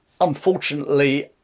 Unfortunately